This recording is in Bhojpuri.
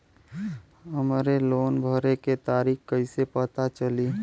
हमरे लोन भरे के तारीख कईसे पता चली?